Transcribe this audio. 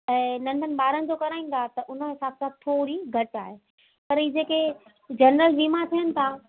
ऐं नंढनि ॿारनि जो कराईंदा त उन हिसाब सां थोरी घटि आहे पर ही जेके जनरल बीमा थियनि था